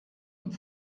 und